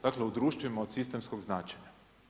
Dakle, u društvima od sistemskog značenja.